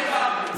רבותיי יודעים,